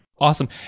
Awesome